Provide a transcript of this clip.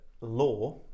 law